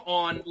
on